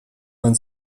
man